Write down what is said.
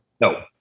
No